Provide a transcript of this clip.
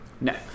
No